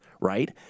right